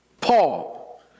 Paul